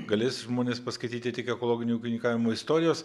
galės žmonės paskaityti tik ekologinio ūkininkavimo istorijos